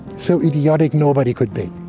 so idiotic, nobody could bait